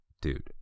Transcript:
Dude